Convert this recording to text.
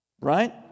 Right